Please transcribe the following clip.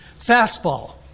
fastball